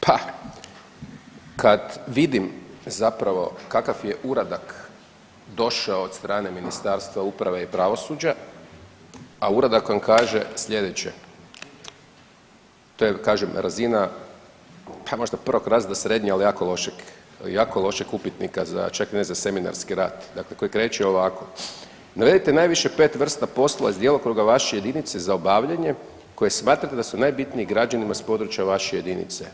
Pa kad vidim zapravo kakav je uradak došao od strane Ministarstva uprave i pravosuđa, a uradak vam kaže sljedeće, to je kažem, razina pa možda 1. razreda srednje, ali jako lošeg upitnika, čak ne za seminarski rad, dakle koji kreće ovako, navedite najviše 5 vrsta posla iz djelokruga vaše jedinice za obavljanje koje smatrate da su najbitnije građani s područja vaše jedinice.